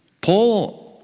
Paul